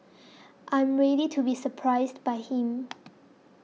I am ready to be surprised by him